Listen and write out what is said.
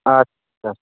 ᱟᱪ ᱪᱷᱟ